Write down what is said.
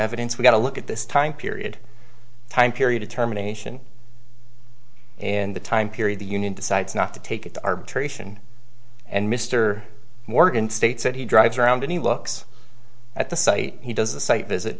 evidence we got a look at this time period time period of terminations in the time period the union decides not to take it to arbitration and mr morgan states that he drives around and he looks at the site he does the site visit